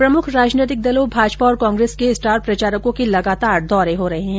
प्रमुख राजनैतिक दलों भाजपा और कांग्रेस के स्टार प्रचारकों के लगातार दौरे हो रहे है